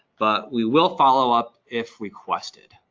but we will follow up if requested.